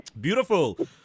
Beautiful